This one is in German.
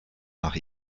nach